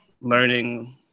learning